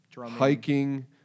hiking